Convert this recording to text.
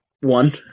one